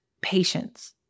patience